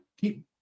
keep